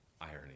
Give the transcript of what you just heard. Irony